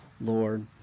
Lord